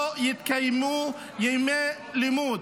לא יתקיימו ימי לימוד.